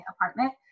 apartment